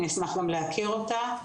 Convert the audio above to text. ואשמח להכיר אותה.